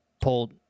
pulled